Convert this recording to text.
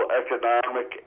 economic